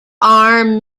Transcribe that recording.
armed